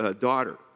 daughter